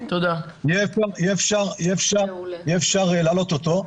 יהיה אפשר להעלות אותו.